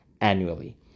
annually